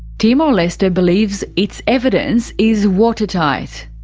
timor-leste believes its evidence is watertight.